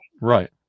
Right